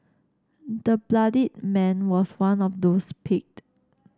the bloodied man was one of those picked